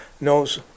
knows